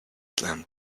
slam